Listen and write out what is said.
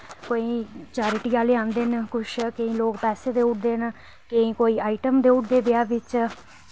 कोई चैरिटी आह्ले आंदे किश ते केईं लोग पैसे देई ओड़दे न केईं कोई आईटम देई ओड़दे ब्याह् च